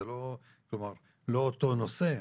זה לא אותו נושא,